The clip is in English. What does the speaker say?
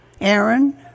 aaron